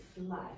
life